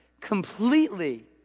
completely